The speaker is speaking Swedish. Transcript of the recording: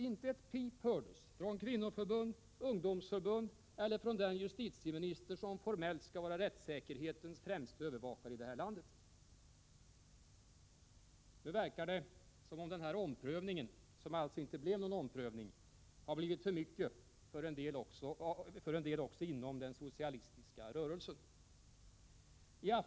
Inte ett pip hördes från kvinnoförbund, från ungdomsförbund eller från den justitieminister som formellt skall vara rättssäkerhetens främste övervakare i det här landet. Nu verkar det som om den här omprövningen — som alltså inte blev någon omprövning — har blivit för mycket för en del också inom den socialistiska rörelsen.